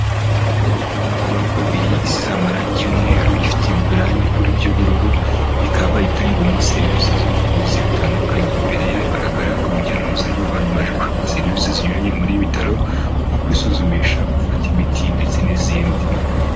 Inyubako y'amagorofa abiri isize amarangi y'umweru ifite ibirahure by'ubururu, ikaba itangirwamo serivisi z'ubuvuzi bitandukanye. Imbere hagaragara urujya n'uruza rw'abantu baje kushaka serivisi zinyuranye muri ibi bitaro; nko kwisuzumisha, gufata imiti ndetse n'izindi.